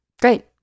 Great